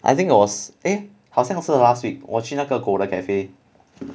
I think it was eh 好像是 last week 我去那个狗的 cafe